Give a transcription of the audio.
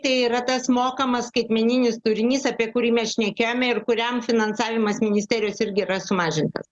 tai yra tas mokamas skaitmeninis turinys apie kurį mes šnekėjome ir kuriam finansavimas ministerijos irgi yra sumažintas